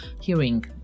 hearing